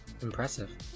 Impressive